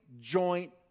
joint